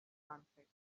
answered